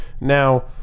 Now